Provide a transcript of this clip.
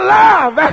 love